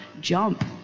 jump